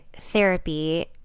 therapy